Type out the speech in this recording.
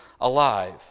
alive